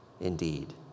indeed